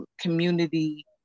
community